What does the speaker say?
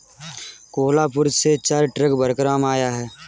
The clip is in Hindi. कोहलापुर से चार ट्रक भरकर आम आया है